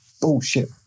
bullshit